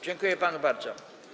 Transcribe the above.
Dziękuję panu bardzo.